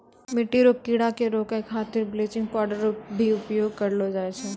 मिट्टी रो कीड़े के रोकै खातीर बिलेचिंग पाउडर रो भी उपयोग करलो जाय छै